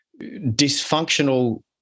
dysfunctional